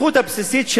הזכות הבסיסית של